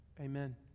amen